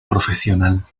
profesional